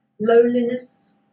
loneliness